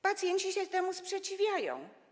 Pacjenci się temu sprzeciwiają.